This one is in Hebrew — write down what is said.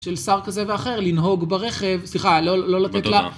של שר כזה ואחר, לנהוג ברכב, סליחה, לא לתת לה.